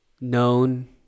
known